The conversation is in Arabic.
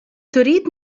تريد